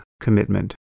commitment